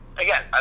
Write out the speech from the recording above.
Again